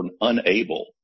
unable